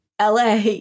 LA